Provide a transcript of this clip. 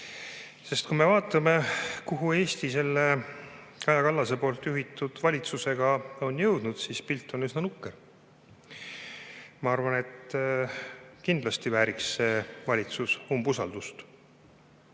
Sest kui me vaatame, kuhu Eesti Kaja Kallase juhitud valitsusega on jõudnud, siis pilt on üsna nukker. Ma arvan, et kindlasti vääriks see valitsus